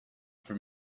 for